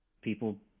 people